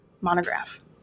monograph